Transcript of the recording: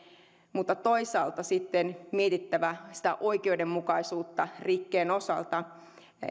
mutta toisaalta on sitten mietittävä sitä oikeudenmukaisuutta rikkeen osalta